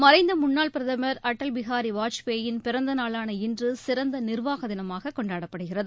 மறைந்த முன்னாள் பிரதமர் அடல் பிஹாரி வாஜ்பேயி யின் பிறந்த நாளான இன்று சிறந்த நிர்வாக தினமாகக் கொண்டாடப்படுகிறது